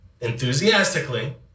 enthusiastically